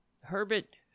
Herbert